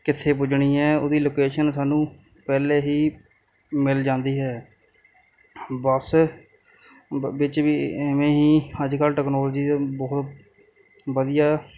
ਕਿੱਥੇ ਪੁੱਜਣੀ ਹੈ ਉਹਦੀ ਲੋਕੇਸ਼ਨ ਸਾਨੂੰ ਪਹਿਲੇ ਹੀ ਮਿਲ ਜਾਂਦੀ ਹੈ ਬੱਸ ਵਿੱਚ ਵੀ ਐਵੇਂ ਹੀ ਅੱਜ ਕੱਲ੍ਹ ਟਕਨੋਲਜੀ ਦੇ ਬਹੁਤ ਵਧੀਆ